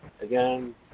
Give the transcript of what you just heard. again